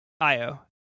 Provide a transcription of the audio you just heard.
Io